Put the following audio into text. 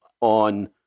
on